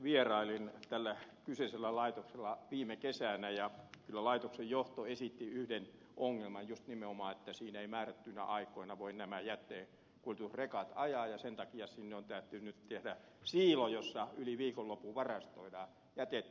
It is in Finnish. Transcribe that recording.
vierailin tällä kyseisellä laitoksella viime kesänä ja siellä laitoksen johto esitti yhden ongelman just nimenomaan että siinä eivät määrättyinä aikoina voi nämä jätteenkuljetusrekat voi ajaa ja sen takia sinne on täytynyt tehdä siilo jossa yli viikonlopun varastoidaan jätettä